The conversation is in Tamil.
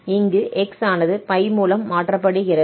இங்கு x ஆனது π மூலம் மாற்றப்படுகிறது